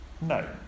No